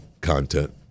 content